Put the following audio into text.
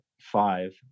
five